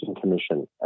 Commission